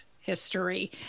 history